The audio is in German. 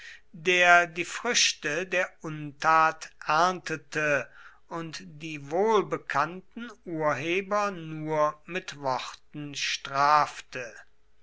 der die früchte der untat erntete und die wohlbekannten urheber nur mit worten strafte